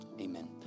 amen